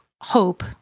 hope